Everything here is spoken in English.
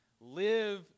live